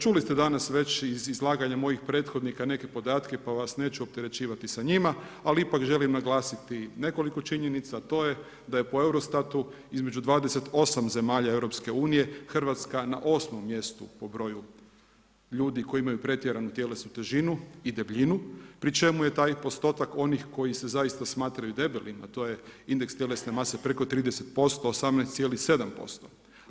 Čuli ste danas već iz izlaganje mojih prethodnika podatke pa vas neću opterećivati sa njima ali ipak želim naglasiti nekoliko činjenica, a to je da je po EUROSTAT-u između 28 zemalja EU-a, Hrvatska na 8. mjestu po broju ljudi koji imaju pretjeranu tjelesnu težinu i debljinu pri čemu je taj postotak onih koji se zaista smatraju debelima, a to je indeks tjelesne mase preko 30%, 18,7%